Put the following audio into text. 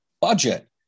budget